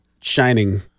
Shining